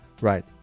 Right